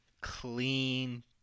Clean